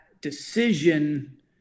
decision